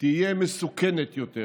תהיה מסוכנת יותר,